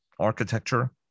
architecture